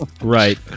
Right